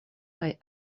kaj